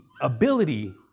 ability